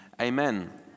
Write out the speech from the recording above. Amen